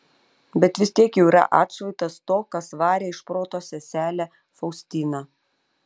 bet vis tiek jau yra atšvaitas to kas varė iš proto seselę faustiną